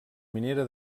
minera